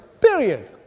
period